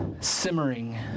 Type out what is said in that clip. simmering